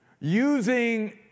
using